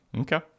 Okay